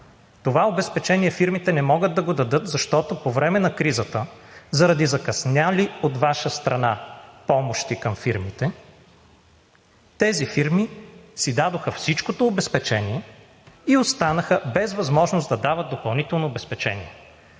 Това обезпечение фирмите не могат да го дадат, защото по време на кризата, заради закъснели от Ваша страна помощи към фирмите, тези фирми си дадоха всичкото обезпечение и останаха без възможност да дават допълнително обезпечение.